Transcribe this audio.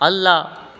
ಅಲ್ಲ